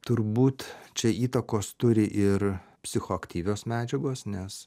turbūt čia įtakos turi ir psichoaktyvios medžiagos nes